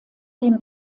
den